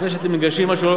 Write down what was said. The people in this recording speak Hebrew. לפני שאתם מגבשים משהו,